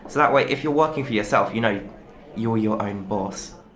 that way if you're working for yourself you know you're your own boss